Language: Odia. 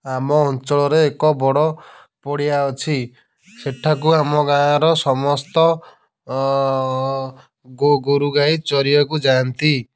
ଆମ ଅଞ୍ଚଳରେ ଏକ ବଡ଼ ପଡ଼ିଆ ଅଛି ସେଠାକୁ ଆମ ଗାଁର ସମସ୍ତ ଗୋରୁ ଗାଈ ଚରିବାକୁ ଯାଆନ୍ତି